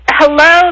hello